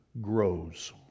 grows